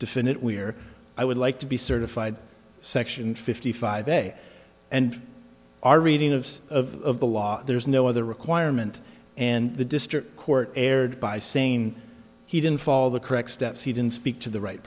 definit we're i would like to be certified section fifty five day and our reading of the law there's no other requirement and the district court erred by saying he didn't fall the correct steps he didn't speak to the right